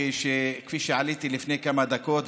כפי שאמרתי לפני כמה דקות,